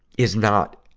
is not,